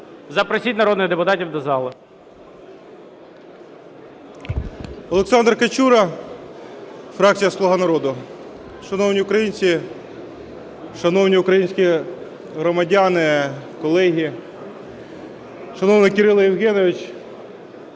Запросіть народних депутатів до залу. 11:08:33 КАЧУРА О.А. Олександр Качура, фракція "Слуга народу". Шановні українці, шановні українські громадяни, колеги! Шановний Кирило Євгенович!